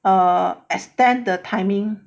err extend the timing